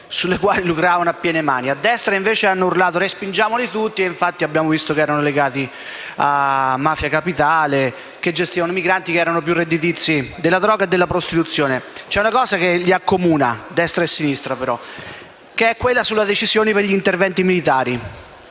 a destra invece hanno urlato «respingiamoli tutti» e infatti abbiamo visto che erano legati a Mafia Capitale e gestivano i migranti che erano più redditizi della droga e della prostituzione. C'è una cosa che accomuna però destra e sinistra che è la decisione sugli interventi militari